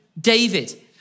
David